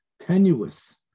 tenuous